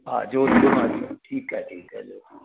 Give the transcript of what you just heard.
हा जोधपुर में ठीकु आहे ठीकु आहे जोधपुर में